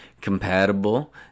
compatible